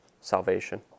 salvation